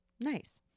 Nice